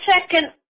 second